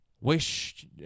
Wish